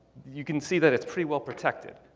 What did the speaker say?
you can see that it's pretty well protected.